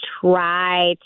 try